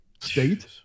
State